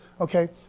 Okay